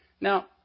Now